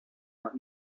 out